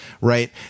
right